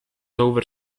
over